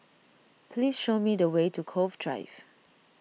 please show me the way to Cove Drive